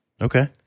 Okay